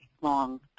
long